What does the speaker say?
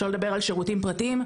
שלא לדבר על שירותים פרטיים,